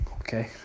Okay